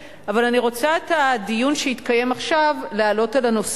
הנושא שאני רוצה להעלות היום לדיון בהצעה